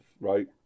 right